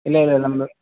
ಇಲ್ಲ ಇಲ್ಲ ನಮ್ಮದು